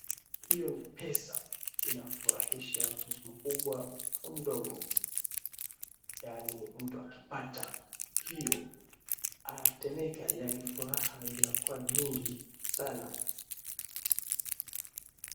Hiyo ni pesa inafurahisha mtu mkubwa au mdogo, yaani mtu akipata hiyo anatetemeka yani furaha zinakuwa nyingi sana.